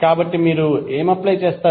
కాబట్టి మీరు ఏమి అప్లై చేస్తారు